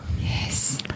Yes